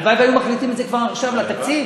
הלוואי שהיו מחליטים את זה כבר עכשיו, לתקציב.